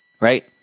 right